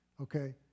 Okay